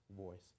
voice